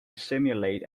simulate